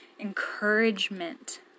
encouragement